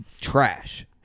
trash